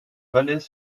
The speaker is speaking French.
valait